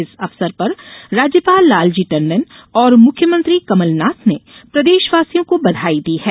इस अवसर पर राज्यपाल लालजी टंडन और मुख्यमंत्री कमलनाथ ने प्रदेशवासियों को बधाई दी है